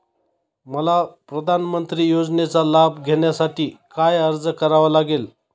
मला प्रधानमंत्री योजनेचा लाभ घेण्यासाठी काय अर्ज करावा लागेल?